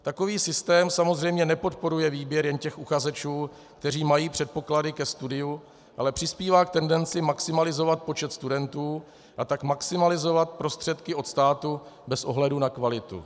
Takový systém samozřejmě nepodporuje výběr jen těch uchazečů, kteří mají předpoklady ke studiu, ale přispívá k tendenci maximalizovat počet studentů, a tak maximalizovat prostředky od státu bez ohledu na kvalitu.